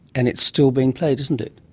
and it's still being played, isn't it.